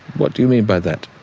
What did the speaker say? what do you mean by that?